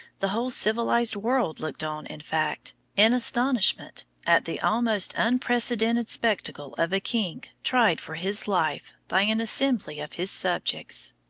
the whole civilized world looked on, in fact, in astonishment at the almost unprecedented spectacle of a king tried for his life by an assembly of his subjects.